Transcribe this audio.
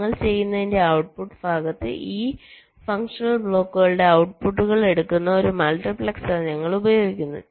നിങ്ങൾ ചെയ്യുന്നതിന്റെ ഔട്ട്പുട്ട് ഭാഗത്ത് ഈ ഫങ്ഷണൽ ബ്ലോക്കുകളുടെ ഔട്ട്പുട്ടുകൾ എടുക്കുന്ന ഒരു മൾട്ടിപ്ലക്സർ ഞങ്ങൾ ഉപയോഗിക്കുന്നു